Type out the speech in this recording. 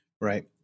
right